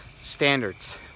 standards